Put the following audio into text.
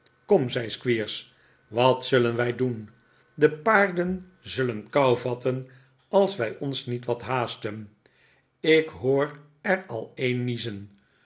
kom zei squeers wat zulen wij doen de paarden zullen kou vatten als wij ons niet wat haasten ik hoor er al een